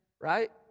right